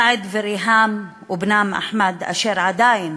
סעד וריהאם ובנם אחמד, אשר עדיין